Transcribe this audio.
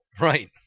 Right